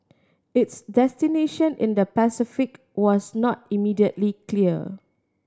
its destination in the Pacific was not immediately clear